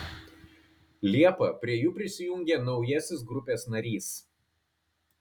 liepą prie jų prisijungė naujasis grupės narys